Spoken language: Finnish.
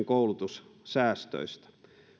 koulutussäästöistä